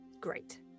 great